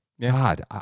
God